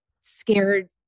scared